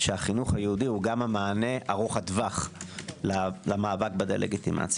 שהחינוך היהודי הוא גם המענה ארוך הטווח למאבק בדה לגיטימציה.